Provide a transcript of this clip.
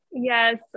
Yes